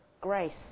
grace